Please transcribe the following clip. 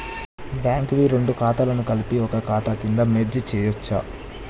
Bank వి రెండు ఖాతాలను కలిపి ఒక ఖాతా కింద మెర్జ్ చేయచ్చా?